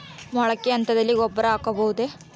ಮೊಳಕೆ ಹಂತದಲ್ಲಿ ಗೊಬ್ಬರ ಹಾಕಬಹುದೇ?